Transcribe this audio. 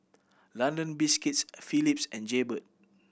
London Biscuits Phillips and Jaybird